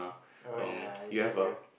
oh ya I get you